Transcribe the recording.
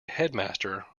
headmaster